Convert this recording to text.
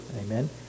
Amen